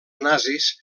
nazis